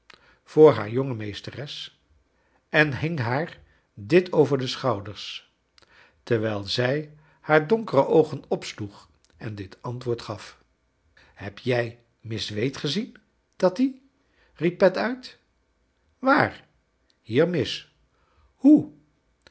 voor haar jonge meesteres en hing haar dit over de schouders terwijl zij haar donkere oogen opsloeg en dit antwoord gaf heb jij miss wade gezien tat tyv riep pet uit waar j hier miss hoe